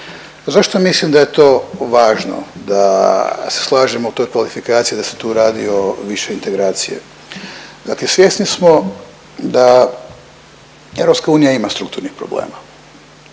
Zašto mislim da je to važno da se slažemo u toj kvalifikaciji da se tu radi o više integracije. Dakle svjesni smo da EU ima strukturnih problema.